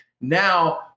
now